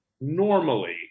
normally